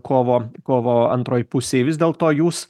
kovo kovo antroj pusėj vis dėlto jūs